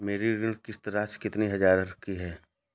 मेरी ऋण किश्त राशि कितनी हजार की है?